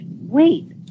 Wait